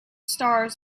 stars